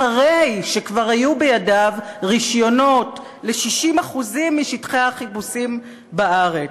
אחרי שכבר היו בידיו רישיונות ל-60% משטחי החיפושים בארץ,